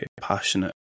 passionate